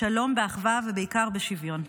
בשלום, באחווה ובעיקר בשוויון.